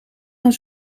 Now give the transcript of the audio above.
gaan